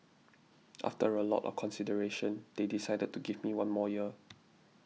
after a lot of consideration they decided to give me one more year